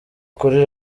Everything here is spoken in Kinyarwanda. kuri